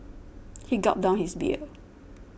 he gulped down his beer